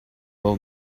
will